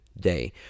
day